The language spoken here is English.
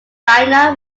china